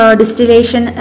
distillation